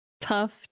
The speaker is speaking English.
Tough